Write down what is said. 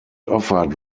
offered